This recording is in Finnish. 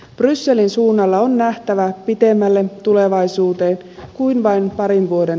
brysselin suunnalla on nähtävä pidemmälle tulevaisuuteen kuin vain parin vuoden